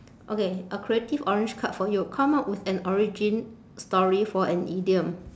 okay a creative orange card for you come up with an origin story for an idiom